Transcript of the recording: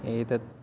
एतत्